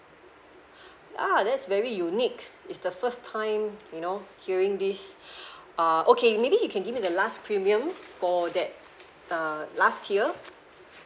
ah ya that's very unique it's the first time you know hearing this uh okay maybe you can give me the last premium for that err last tier